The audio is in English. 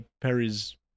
Perry's